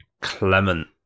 Clement